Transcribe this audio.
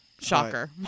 shocker